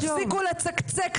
תפסיקו לצקצק,